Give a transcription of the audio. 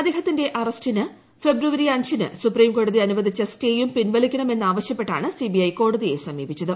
ഇദ്ദേഹത്തിന്റെ അറസ്റ്റിന് ഫെബ്രുവരി അഞ്ചിന് സുപ്രീം കോടതി അനുവദിച്ച സ്റ്റേയും പിൻവലിക്കണമെന്ന് ആവശ്യപ്പെട്ടാണ് സിബിഐ കോടതിയെ സമീപിച്ചത്